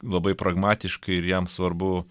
labai pragmatiškai ir jam svarbu